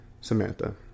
Samantha